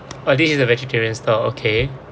oh this is a vegetarian stall okay